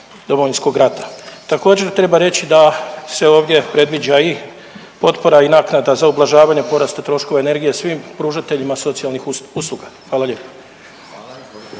Domovinskog rata. Također treba reći da se ovdje predviđa i potpora i naknada za ublažavanje porasta troškova energije svim pružateljima socijalnih usluga. Hvala lijepo.